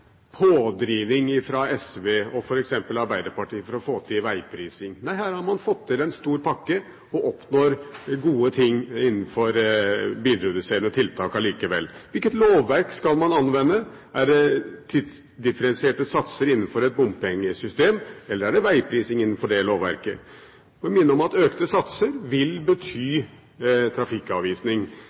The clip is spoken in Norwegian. SV og f.eks. Arbeiderpartiet for å få til veiprising. Nei, her har man fått til en stor pakke og oppnår gode ting innenfor bilreduserende tiltak allikevel. Hvilket lovverk skal man anvende? Er det tidsdifferensierte satser innenfor et bompengesystem, eller er det veiprising innenfor det lovverket? Jeg vil minne om at økte satser vil bety trafikkavvisning.